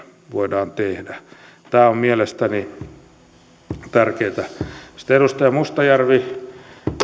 voidaan tehdä tämä on mielestäni tärkeää sitten edustaja mustajärvi